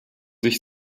sich